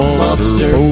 monster